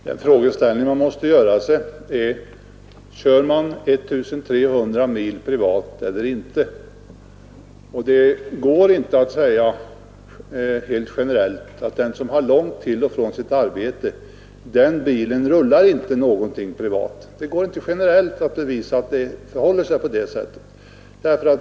Herr talman! Den fråga som måste ställas är: Kör man 1 300 mil privat? Det går inte att bevisa att det generellt förhåller sig så, att den bil som någon använder som har lång väg till och från sitt arbete inte rullar privat.